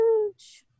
huge